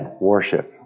worship